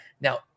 now